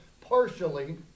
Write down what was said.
partially